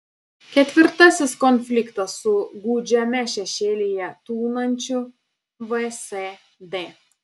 ketvirtasis konfliktas su gūdžiame šešėlyje tūnančiu vsd